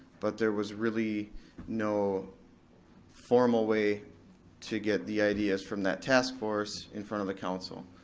but there was really no formal way to get the ideas from that task force in front of the council.